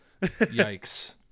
yikes